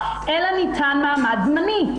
אלא ניתן מעמד זמני.